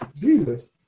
Jesus